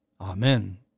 Amen